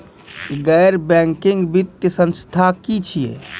गैर बैंकिंग वित्तीय संस्था की छियै?